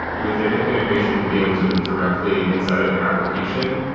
with their ifttt integration being sort of directly inside of their application,